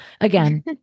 again